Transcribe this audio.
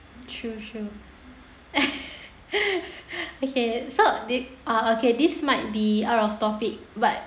okay so uh okay this might be out of topic but